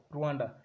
Rwanda